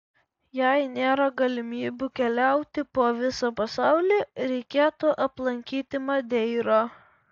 jei nėra galimybių keliauti po visą pasaulį reikėtų aplankyti madeirą